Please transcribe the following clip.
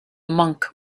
monk